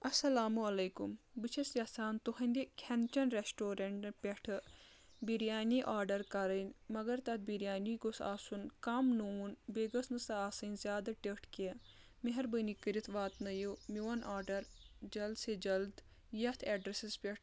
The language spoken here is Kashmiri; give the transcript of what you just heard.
السلام علیکُم بہٕ چھَس یَژھان تُہٕنٛدِ کھؠن چؠن رؠسٹورَنٛٹ پؠٹھٕ بِریانی آرڈَر کَرٕنۍ مگر تَتھ بِریانی گوٚژھ آسُن کم نوٗن بیٚیہِ گٔژھ نہٕ سۄ آسٕنۍ زیادٕ ٹٔیٔٹھ کینٛہہ مہربٲنی کٔرِتھ واتنٲیِو میون آرڈَر جلد سے جلد یَتھ ایڈرَسس پؠٹھ